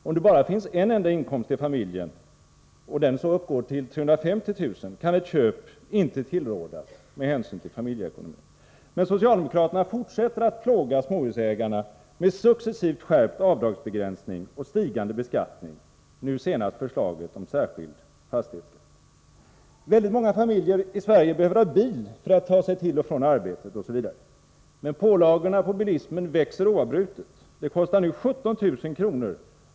Om det bara finns en enda inkomst i familjen, och den så uppgår till 350 000 kr., kan ett köp inte tillrådas med hänsyn till familjeekonomin. Socialdemokraterna fortsätter dock att plåga småhusägarna med successivt skärpt avdragsbegränsning och stigande beskattning — nu senast förslaget om särskild fastighetsskatt. Väldigt många familjer i Sverige behöver ha bil för att ta sig till och från arbetet osv. Men pålagorna på bilismen växer oavbrutet. Det kostar nu 17 000 kr.